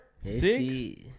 Six